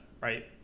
right